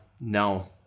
no